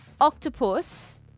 octopus